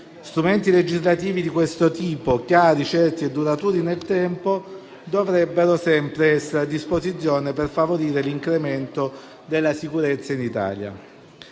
strumenti legislativi di questo tipo, chiari, certi e duraturi nel tempo, dovrebbero sempre essere a disposizione per favorire l'incremento della sicurezza in Italia.